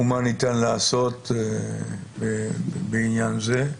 ומה ניתן לעשות בעניין זה?